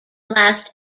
last